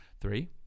three